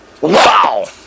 Wow